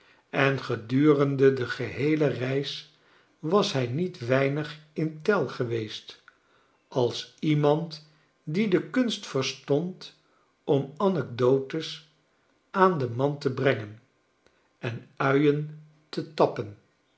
en gedurende de geheele reis was hij niet weinig in tel geweest als iemand die de kunst verstond om anekdotes aan den man te brengen en uien te tappen